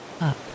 up